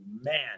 man